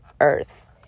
earth